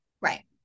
Right